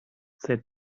said